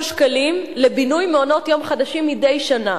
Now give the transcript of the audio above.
שקלים לבינוי מעונות-יום חדשים מדי שנה.